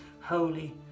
holy